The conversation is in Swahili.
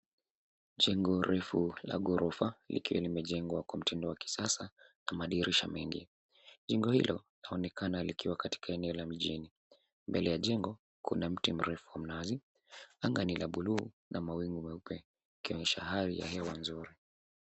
Jengo refu la ghorofa likiwa limejengwa kwa mtindo wa kisasa na madirisha mengi. Jengo hilo linaonekana likiwa katika eneo la mjini. Mbele ya jengo kuna mti mrefu la mnazi. Anga ni la bluu na mawingu meupe yakionyesha hali ya hewa nzuri.